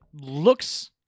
looks